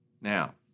Now